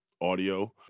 audio